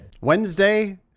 wednesday